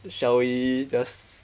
the shall we just